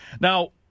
Now